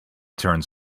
turns